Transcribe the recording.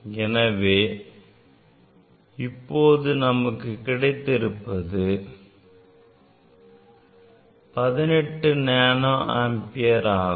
எனவே இப்போது நமக்கு கிடைத்திருப்பது 18 நானோ ஆம்பியர் ஆகும்